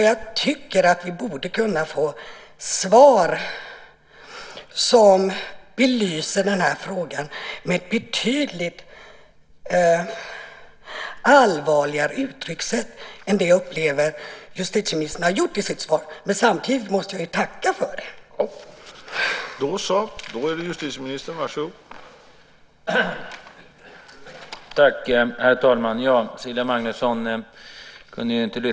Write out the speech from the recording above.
Jag tycker att vi borde kunna få ett svar som belyser den här frågan med ett betydligt mer allvarligt uttryckssätt än det jag upplever att justitieministern har använt i sitt svar. Men samtidigt måste jag ju tacka för detta svar.